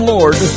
Lord